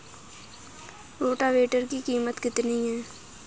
Rotavator की कीमत कितनी है?